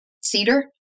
Cedar